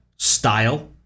Style